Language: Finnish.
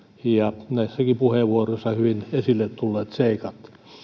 ja jossa on näissäkin puheenvuoroissa hyvin esille tulleet seikat